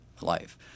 life